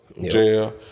jail